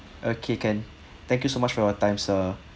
okay can thank you so much for your time sir